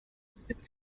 since